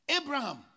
Abraham